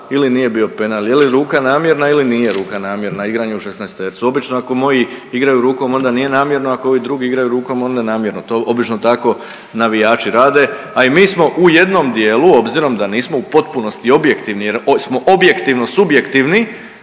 ili nije bio penal, je li ruka namjerna ili nije ruka namjerna igranje u šesnajstercu. Obično ako moji igraju rukom onda nije namjerno ako ovi drugi igraju rukom onda je namjerno, to obično tako navijači rade, a i mi smo u jednom dijelu obzirom da nismo u potpunosti objektivni jer smo objektivno subjektivni